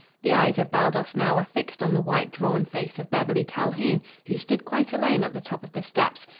the eyes of baldos now were fixed on the white, drawn face of beverly calhoun, who stood quite alone at the top of the steps.